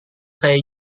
saya